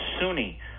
Sunni